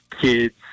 kids